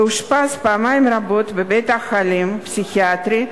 ואושפז פעמים רבות בבית-חולים פסיכיאטרי,